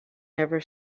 never